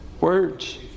Words